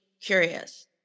curious